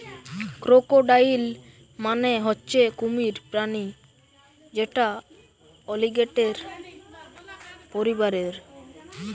crocodile মানে হচ্ছে কুমির প্রাণী যেটা অলিগেটের পরিবারের